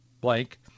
blank